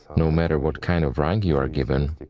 no matter what kind of rank you are given,